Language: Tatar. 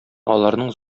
аларның